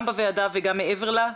גם בוועדה וגם מעבר לה,